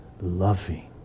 loving